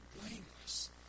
blameless